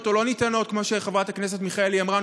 או לא ניתנות: כמו שחברת הכנסת מיכאלי אמרה,